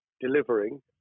delivering